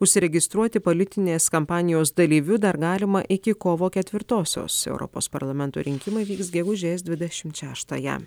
užsiregistruoti politinės kampanijos dalyviu dar galima iki kovo ketvirtosios europos parlamento rinkimai vyks gegužės dvidešimt šeštąją